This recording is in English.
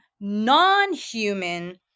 non-human